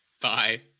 Bye